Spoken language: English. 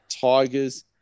tigers